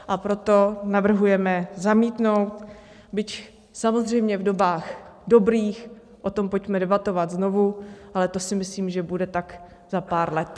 A proto navrhujeme zamítnout, byť samozřejmě v dobách dobrých o tom pojďme debatovat znovu, ale to si myslím, že bude tak za pár let.